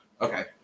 Okay